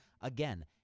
Again